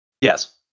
Yes